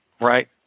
right